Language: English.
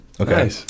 Okay